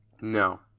No